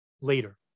later